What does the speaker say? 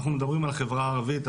אנחנו מדברים על החברה הערבית,